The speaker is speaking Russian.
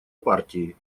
партии